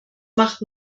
macht